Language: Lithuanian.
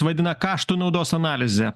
vadina kaštų naudos analizę